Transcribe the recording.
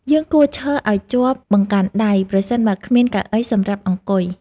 យើងគួរឈរឱ្យជាប់បង្កាន់ដៃ ប្រសិនបើគ្មានកៅអីសម្រាប់អង្គុយ។